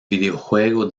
videojuego